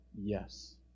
Yes